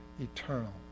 eternal